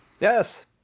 Yes